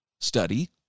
study